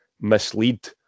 mislead